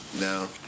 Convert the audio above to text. No